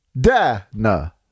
Dana